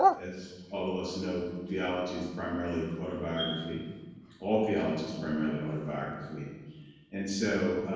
as all of us know, theology is primarily autobiography all theology is primarily autobiography and so